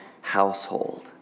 household